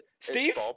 Steve